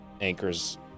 anchors